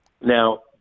Now